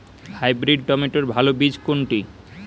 Hybrid টমেটোর ভালো বীজ কোনটি?